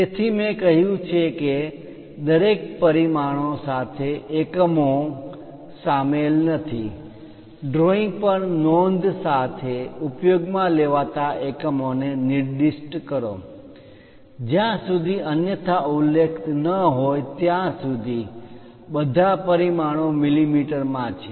તેથી મેં કહ્યું છે કે દરેક પરિમાણો સાથે એકમો દર્શાવેલ શામેલ નથી ડ્રોઇંગ પર નોંધ સાથે ઉપયોગમાં લેવાતા એકમોને નિર્દિષ્ટ કરો જ્યાં સુધી અન્યથા ઉલ્લેખિત ન હોય ત્યાં સુધી બધા પરિમાણો મીમી માં છે